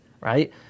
right